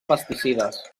pesticides